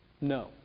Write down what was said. No